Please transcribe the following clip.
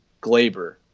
Glaber